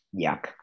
Yuck